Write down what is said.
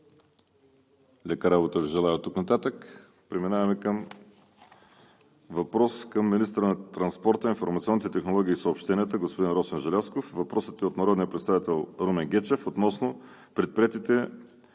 Лека работа Ви желая оттук нататък. Преминаваме на въпрос към министъра на транспорта, информационните технологии и съобщенията – господин Росен Желязков. Въпросът е от народния представител Румен Гечев относно предприетите